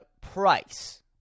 price